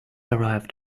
arrived